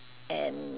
and